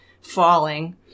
falling